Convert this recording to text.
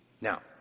Now